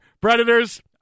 Predators